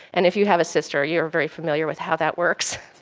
and if you have a sister you are very familiar with how that works.